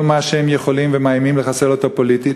כל מה שהם יכולים ומאיימים לחסל אותו פוליטית.